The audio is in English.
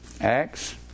Acts